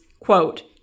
quote